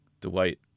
Dwight